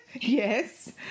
Yes